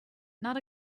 not